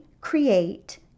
create